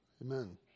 Amen